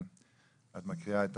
את מקריאה?